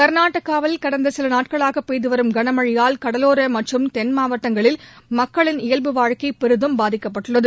கர்நாடகவில் கடந்த சில நாட்களாக பெய்துவரும் கனமழையால் கடலோர மற்றும் தென் மாவட்டங்களில் மக்களின் இயல்பு வாழ்க்கை பெரிதும் பாதிக்கப்பட்டுள்ளது